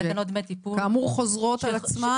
שכאמור חוזרות על עצמן,